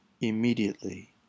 immediately